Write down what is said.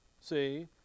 See